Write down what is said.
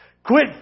Quit